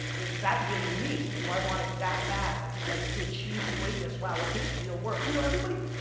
is that really me? do i want it that bad? like to achieve greatness, wow, it takes real work. you know everybody,